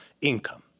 income